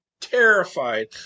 terrified